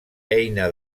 eina